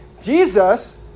Jesus